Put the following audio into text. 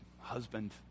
husband